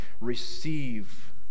receive